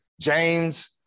James